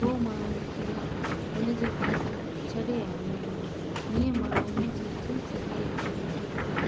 पोइ मां उनखे उनजे घर छॾे आयमि हीअं मां हुनजी थी सघे एतिरी मदद कयी